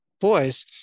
boys